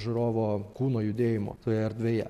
žūrovo kūno judėjimo toje erdvėje